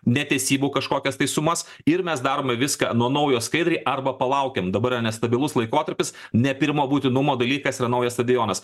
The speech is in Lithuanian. netesybų kažkokias tai sumas ir mes darome viską nuo naujo skaidriai arba palaukiam dabar yra nestabilus laikotarpis ne pirmo būtinumo dalykas yra naujas stadionas